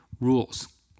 rules